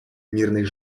мирных